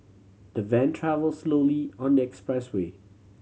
the van travel slowly on the expressway